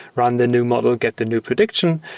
run the new model, get the new prediction,